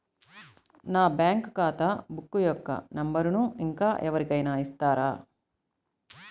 నా బ్యాంక్ ఖాతా బుక్ యొక్క నంబరును ఇంకా ఎవరి కైనా ఇస్తారా?